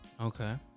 Okay